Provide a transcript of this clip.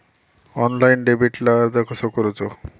Online डेबिटला अर्ज कसो करूचो?